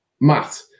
Matt